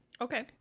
Okay